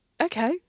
okay